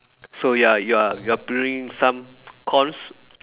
so you are you are you are planting some corns